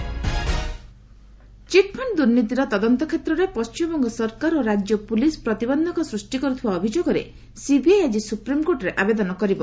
CBI Kolkata chit fund ଦୂର୍ନୀତିର ତଦନ୍ତ କ୍ଷେତ୍ରରେ ପଣ୍ଟିମବଙ୍ଗ ସରକାର ଓ ରାଜ୍ୟ ପୁଲିସ୍ ପ୍ରତିବନ୍ଧକ ସ୍ପଷ୍ଟି କରୁଥିବା ଅଭିଯୋଗରେ ସିବିଆଇ ଆଜି ସ୍ରପ୍ରିମ୍କୋର୍ଟରେ ଆବେଦନ କରିବ